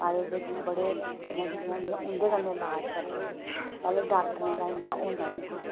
आयुर्वेदिक बड़े चीजां चीजां होंदियां न उंदे कन्नै इलाज करदे हे पैह्लें डाक्टरें दा इन्ना होंदा निहा